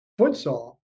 futsal